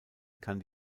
kann